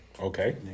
Okay